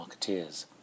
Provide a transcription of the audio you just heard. marketeers